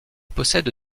possède